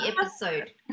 episode